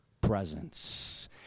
presence